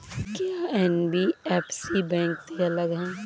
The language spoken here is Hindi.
क्या एन.बी.एफ.सी बैंक से अलग है?